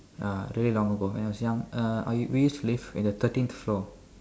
uh really long ago when I was young uh we used to live in the thirteenth floor